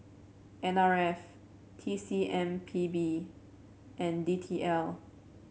N R F T C M P B and D T L